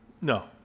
No